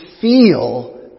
feel